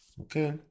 Okay